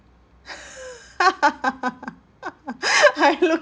I look